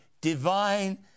divine